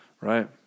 right